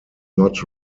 not